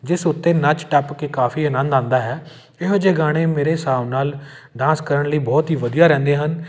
ਜਿਸ ਉੱਤੇ ਨੱਚ ਟੱਪ ਕੇ ਕਾਫ਼ੀ ਆਨੰਦ ਆਉਂਦਾ ਹੈ ਇਹੋ ਜਿਹੇ ਗਾਣੇ ਮੇਰੇ ਹਿਸਾਬ ਨਾਲ਼ ਡਾਂਸ ਕਰਨ ਲਈ ਬਹੁਤ ਹੀ ਵਧੀਆ ਰਹਿੰਦੇ ਹਨ